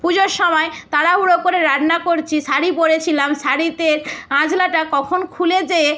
পুজোর সময় তাড়াহুড়ো করে রান্না করছি শাড়ি পরেছিলাম শাড়িতে আঁচলাটা কখন খুলে যেয়ে